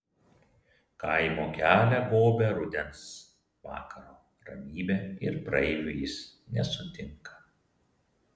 kaimo kelią gobia rudens vakaro ramybė ir praeivių jis nesutinka